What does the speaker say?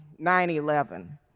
9-11